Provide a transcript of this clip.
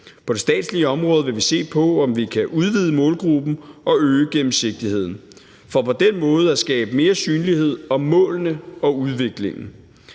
På det statslige område vil vi se på, om vi kan udvide målgruppen og øge gennemsigtigheden for på den måde at skabe mere synlighed om målene for udviklingen.